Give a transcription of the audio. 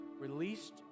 released